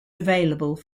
available